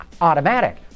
automatic